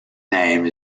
name